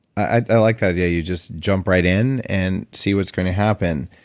i like that idea. you just jump right in and see what's going to happen.